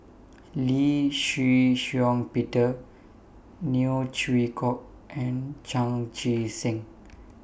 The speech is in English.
Lee Shih Shiong Peter Neo Chwee Kok and Chan Chee Seng